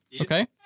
okay